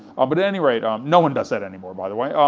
but at any rate, um no one does that anymore by the way,